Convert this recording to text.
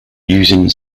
using